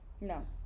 No